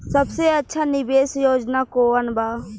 सबसे अच्छा निवेस योजना कोवन बा?